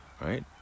Right